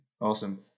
awesome